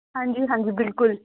ਹਾਂਜੀ ਹਾਂਜੀ ਬਿਲਕੁਲ